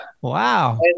Wow